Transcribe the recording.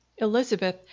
Elizabeth